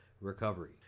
recovery